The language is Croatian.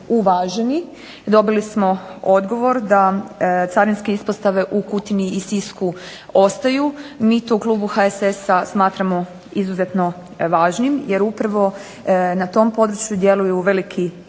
Dobili smo odgovor da carinske ispostave u Kutini i Sisku ostaju. Mi to u klubu HSS-a smatramo izuzetno važnim jer upravo na tom području djeluju veliki izvoznici